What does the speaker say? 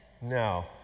No